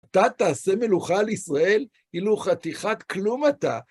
אתה תעשה מלוכה על ישראל? אילו חתיכת כלום אתה.